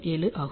0007 ஆகும்